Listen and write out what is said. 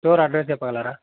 store address చెప్పగలరా